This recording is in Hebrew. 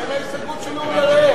מה עם ההסתייגות של אורי אריאל?